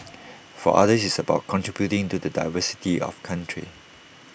for others it's about contributing to the diversity of country